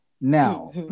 Now